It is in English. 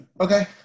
Okay